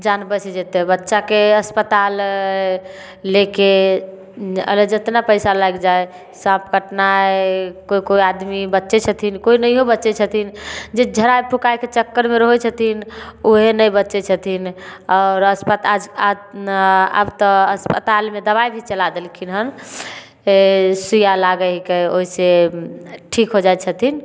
जान बैच जेतै बच्चाके अस्पताल लेके अरे जेतना पैसा लागतै साँप कटनाइ कोइ कोइ आदमी बचै छथिन कोइ नहियो बचै छथिन जे झड़ाय फूँकायके चक्करमे रहै छथिन उहे नहि बचै छथिन आओर अस्पताल आब तऽ अस्पतालमे दबाइ भी चला देलखिन हन फेर सूइयाँ लागै हीकै ओहिसे ठीक हो जाइ छथिन